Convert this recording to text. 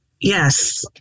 Yes